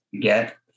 get